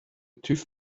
tüv